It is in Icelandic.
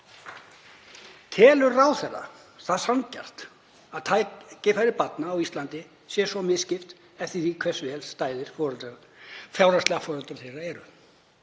Telur ráðherra það sanngjarnt að tækifærum barna á Íslandi sé svo misskipt eftir því hversu vel stæðir fjárhagslega foreldrar þeirra eru?